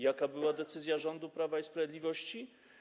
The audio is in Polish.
Jaka była decyzja rządu Prawa i Sprawiedliwości?